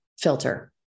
filter